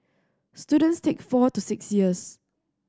students take four to six years